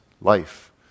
life